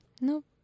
Nope